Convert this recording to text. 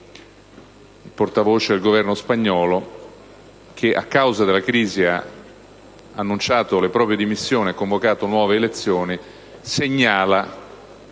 il portavoce del Governo spagnolo, di un Governo che a causa della crisi ha annunciato le proprie dimissioni e ha convocato nuove elezioni -